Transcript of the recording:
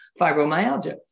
fibromyalgia